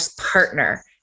partner